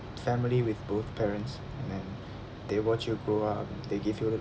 family with both parents and then they watch you grow up they give you